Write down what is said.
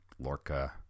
Lorca